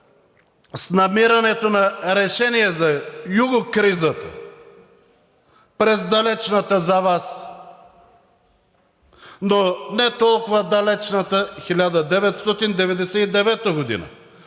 с намирането на решение за югокризата през далечната за Вас, но не толкова далечната 1999 г.,